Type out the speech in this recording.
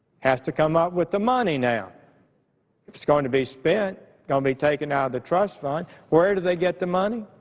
has to come up with the money now. if it's going to be spent, going to be taken out of the trust fund, where do they get the money?